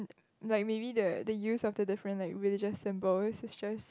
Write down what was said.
like maybe the the use of the different like religious symbols is just